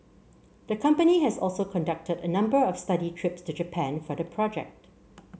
the company has also conducted a number of study trips to Japan for the project